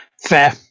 Fair